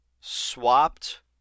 swapped